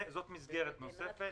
זה מסגרת נוספת.